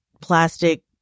plastic